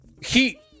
He-